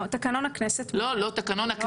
לא.